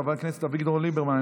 חבר הכנסת אביגדור ליברמן,